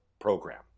program